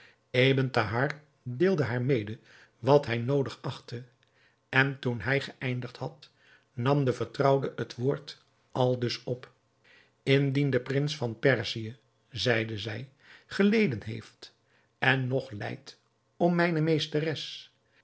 ebn thahar deelde haar mede wat hij noodig achtte en toen hij geëindigd had nam de vertrouwde het woord aldus op indien de prins van perzië zeide zij geleden heeft en nog lijdt om mijne meesteres